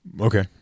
Okay